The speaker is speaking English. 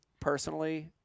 personally